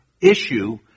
issue